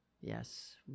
Yes